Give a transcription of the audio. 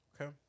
Okay